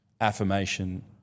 affirmation